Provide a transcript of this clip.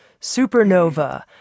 supernova